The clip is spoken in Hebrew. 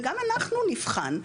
וגם אנחנו נבחן.